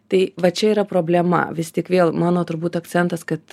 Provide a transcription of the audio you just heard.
tai va čia yra problema vis tik vėl mano turbūt akcentas kad